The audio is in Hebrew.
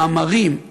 מאמרים,